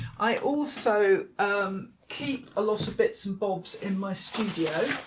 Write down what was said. i also keep a lot of bits and bobs in my studio